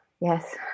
Yes